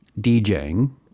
DJing